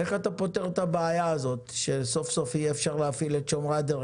איך אתה פותר את הבעיה הזאת שסוף סוף יהיה אפשר להפעיל את שומרי הדרך?